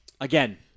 Again